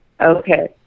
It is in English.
Okay